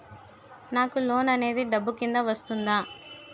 నాకు లోన్ అనేది డబ్బు కిందా వస్తుందా?